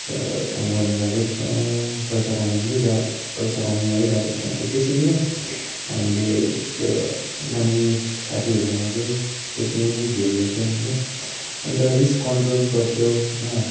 अन्त काम गर्नु गएकै थियौँ पैसा कमाउनुलाई गएको पैसा कमाउनुको लागि गएको थियौँ अनि त्यसरी नै हामीले त्यो नमिल्ने साथीहरूसँग चाहिँ त्यसरी नै झेलेको थियौँ होइन अन्त रिस कन्ट्रोल गर्थ्यौँ होइन